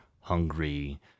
hungry